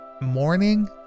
morning